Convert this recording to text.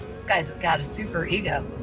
this guy's got a super ego.